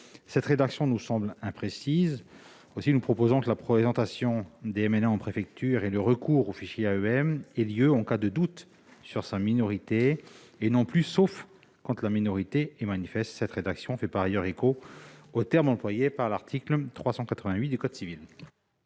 Cette rédaction nous semble imprécise. Aussi, nous proposons que la présentation des MNA en préfecture et le recours aux fichiers AEM aient lieu en cas de doute sur la minorité, et non plus « sauf lorsque la minorité de la personne est manifeste ». Cette rédaction fait par ailleurs écho aux termes employés dans l'article 388 du code civil.